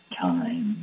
Time